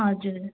हजुर